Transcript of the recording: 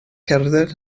cerdded